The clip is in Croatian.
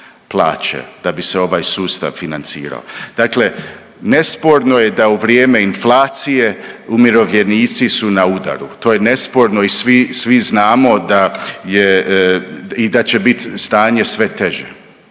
da bi se ovaj sustav financirao. Dakle, nesporno je da u vrijeme inflacije, umirovljenici su na udaru, to je nesporno i svi znamo da je i da će bit stanje sve teže.